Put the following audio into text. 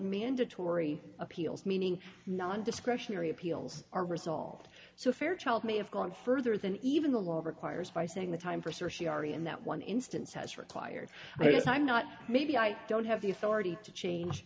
mandatory appeals meaning non discretionary appeals are resolved so fairchild may have gone further than even the law requires by saying the time for sorcery already in that one instance has required it's time not maybe i don't have the authority to change